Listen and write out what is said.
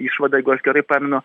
išvada jeigu aš gerai pamenu